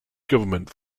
government